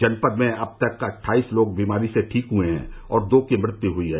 जनपद में अब तक अट्ठाईस लोग बीमारी से ठीक हुए हैं और दो की मृत्यु हुई है